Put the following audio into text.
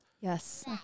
Yes